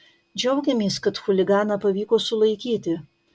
džiaugiamės kad chuliganą pavyko sulaikyti